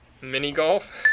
Mini-golf